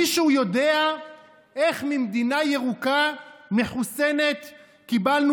מישהו יודע איך ממדינה ירוקה מחוסנת קיבלנו